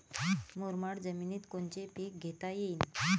मुरमाड जमिनीत कोनचे पीकं घेता येईन?